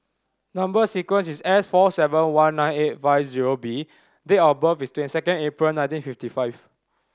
number sequence is S four seven one nine eight five zero B date of birth is twenty second April nineteen fifty five